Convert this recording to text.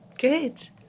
Good